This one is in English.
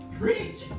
preach